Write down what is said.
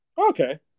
Okay